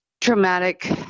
traumatic